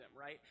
right